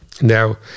Now